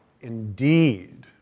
Indeed